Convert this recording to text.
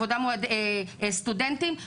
סטודנטים,